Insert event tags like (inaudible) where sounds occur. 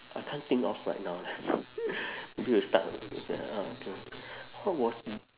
I can't think of right now leh (noise) maybe we'll stuck uh okay what was